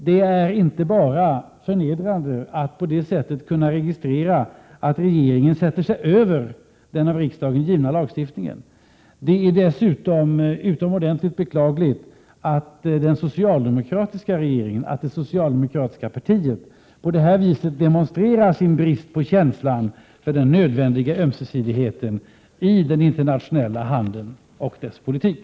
Det är inte bara förnedrande att på det sättet kunna registrera att regeringen sätter sig över den av riksdagen givna lagstiftningen. Det är dessutom utomordentligt beklagligt att den socialdemokratiska regeringen, det socialdemokratiska partiet, på det här viset demonstrerar sin brist på känsla för den nödvändiga ömsesidigheten i den internationella handeln och dess politik.